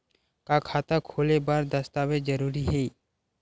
का खाता खोले बर दस्तावेज जरूरी हे?